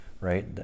Right